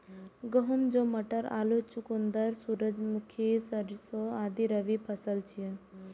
गहूम, जौ, मटर, आलू, चुकंदर, सूरजमुखी, सरिसों आदि रबी फसिल छियै